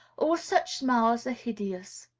all such smiles are hideous.